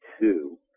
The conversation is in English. two